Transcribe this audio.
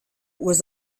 was